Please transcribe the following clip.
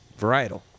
varietal